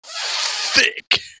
thick